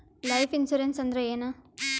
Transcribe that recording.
Life insurance ಅಂದ್ರ ಏನ?